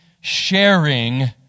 sharing